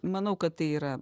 manau kad tai yra